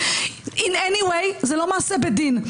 בכל מקרה זה מעשה בדין.